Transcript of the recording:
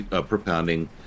propounding